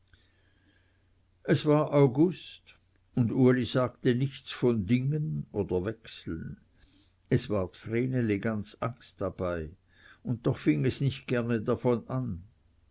es war august und uli sagte nichts von dingen oder wechseln es ward vreneli ganz angst dabei und doch fing es nicht gerne davon an